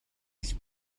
his